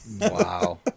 Wow